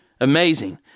Amazing